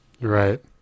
Right